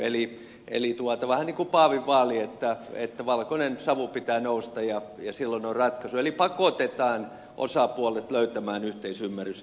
eli se on vähän niin kuin paavin vaali että valkoisen savun pitää nousta ja silloin on ratkaisu eli pakotetaan osapuolet löytämään yhteisymmärrys